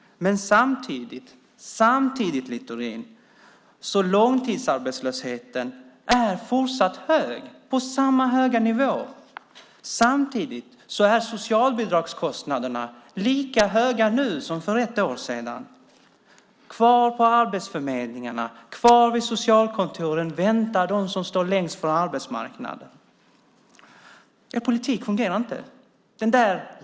Men samtidigt, Littorin, är långtidsarbetslösheten fortsatt hög, på samma höga nivå. Samtidigt är socialbidragskostnaderna lika höga nu som för ett år sedan. Kvar på arbetsförmedlingarna, kvar vid socialkontoren väntar de som står längst från arbetsmarknaden. Er politik fungerar inte.